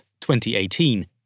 2018